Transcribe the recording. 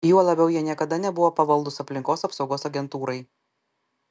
juo labiau jie niekada nebuvo pavaldūs aplinkos apsaugos agentūrai